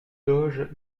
doge